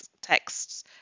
texts